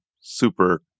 super